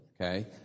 okay